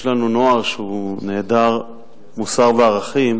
יש לנו נוער שהוא נעדר מוסר וערכים